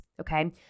okay